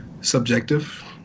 subjective